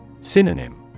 Synonym